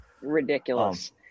Ridiculous